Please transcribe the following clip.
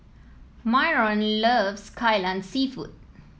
Myron loves Kai Lan seafood